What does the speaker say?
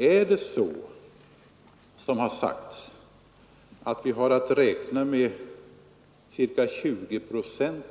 Och om det är så — vilket har sagts — att vi genom införandet av denna reform har att räkna med ca 20 procent